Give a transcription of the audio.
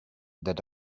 that